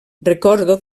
recordo